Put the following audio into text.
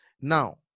Now